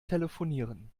telefonieren